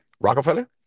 Rockefeller